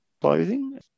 clothing